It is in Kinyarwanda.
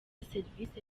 serivisi